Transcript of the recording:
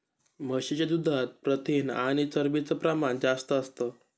म्हशीच्या दुधात प्रथिन आणि चरबीच प्रमाण जास्त असतं